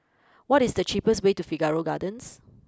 what is the cheapest way to Figaro Gardens